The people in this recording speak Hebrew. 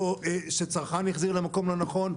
או שצרכן החזיר מוצר למקום הלא נכון,